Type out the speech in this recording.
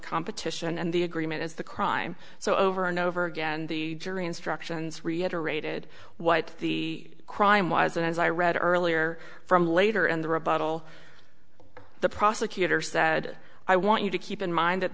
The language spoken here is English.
competition and the agreement is the crime so over and over again the jury instructions reiterated what the crime was and as i read earlier from later in the rebuttal the prosecutors that i want you to keep in mind that